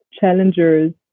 challengers